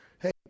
Hey